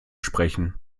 sprechen